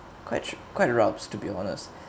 quite su~ quite routes to be honest